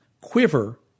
quiver